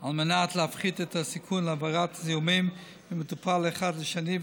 על מנת להפחית את הסיכון להעברת זיהומים ממטופל אחד לשני,